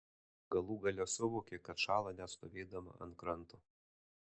galų gale suvokė kad šąla net stovėdama ant kranto